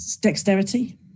dexterity